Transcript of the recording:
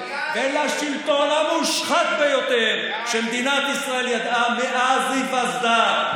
לשלטון המושחת ביותר שמדינת ישראל ידעה מאז היווסדה.